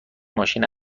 ماشین